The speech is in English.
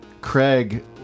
Craig